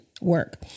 work